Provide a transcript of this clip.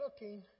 looking